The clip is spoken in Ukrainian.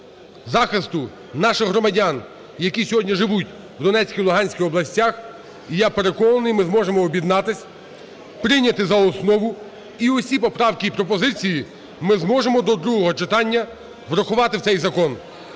захисту наших громадян, які сьогодні живуть в Донецькій і Луганській областях, і я переконаний, ми зможемо об'єднатися, прийняти за основу, і усі поправки і пропозиції ми зможемо до другого читання врахувати в цей закон.